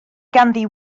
ganddi